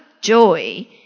joy